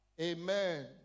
Amen